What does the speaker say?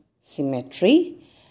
symmetry